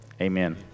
Amen